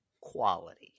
Quality